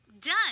done